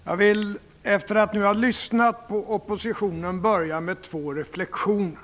Fru talman! Efter att ha lyssnat på oppositionen vill jag börja med två reflexioner.